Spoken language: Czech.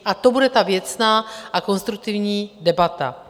A to bude ta věcná a konstruktivní debata.